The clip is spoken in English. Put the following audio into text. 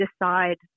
decide